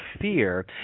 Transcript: fear